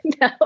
No